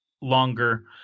longer